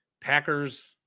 packers